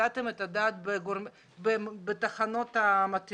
נתתם את הדעת על התחנות המתאימות?